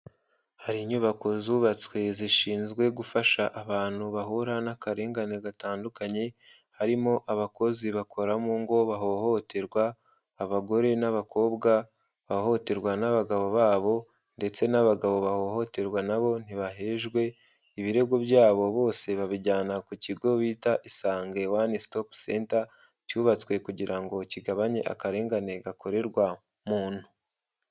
Hari inyubako zubatswe zishinzwe gufasha abantu bahura n'akarengane gatandukanye, harimo abakozi bakora mu ngo bahohoterwa, abagore n'abakobwa bahohoterwa n'abagabo babo ndetse n'abagabo bahohoterwa na bo ntibahejwe, ibirego byabo bose babijyana ku kigo bita Isange One Stop Center, cyubatswe kugira ngo kigabanye akarengane gakorerwa muntu.